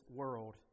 world